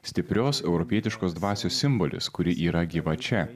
stiprios europietiškos dvasios simbolis kuri yra gyva čia